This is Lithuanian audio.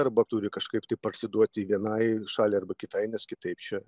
arba turi kažkaip tai parsiduoti vienai šaliai arba kitai nes kitaip čia